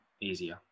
easier